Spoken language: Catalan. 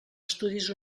estudis